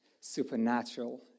supernatural